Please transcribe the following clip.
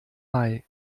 mai